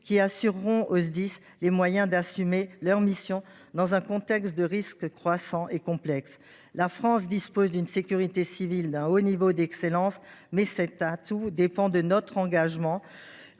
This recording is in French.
qui assureront aux Sdis les moyens d’assumer leur mission dans un contexte de risques croissants et complexes. La France dispose d’une sécurité civile qui est d’un haut niveau d’excellence, mais cet atout dépend de notre engagement